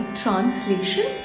translation